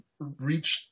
reached